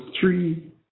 three